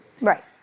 Right